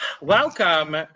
Welcome